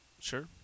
Sure